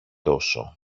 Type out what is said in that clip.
τόσο